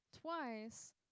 twice